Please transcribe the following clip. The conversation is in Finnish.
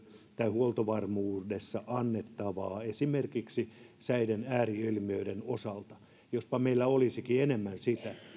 tai huoltovarmuudessa annettavaa esimerkiksi säiden ääri ilmiöiden osalta jospa meillä olisikin enemmän sitä